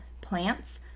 plants